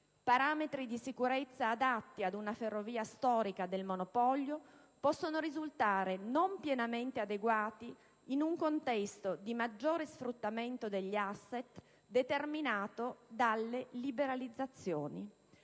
parametri di sicurezza adatti ad una ferrovia storica del monopolio possono risultare non pienamente adeguati in un contesto di maggiore sfruttamento degli *asset* determinato dalle liberalizzazioni: